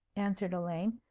answered elaine.